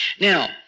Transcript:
Now